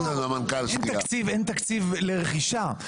תקציב לרכישה.